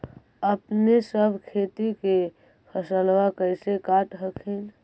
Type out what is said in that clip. अपने सब खेती के फसलबा कैसे काट हखिन?